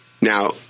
Now